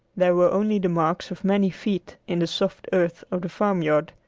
there were only the marks of many feet in the soft earth of the farmyard,